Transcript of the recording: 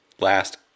last